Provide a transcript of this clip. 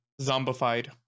zombified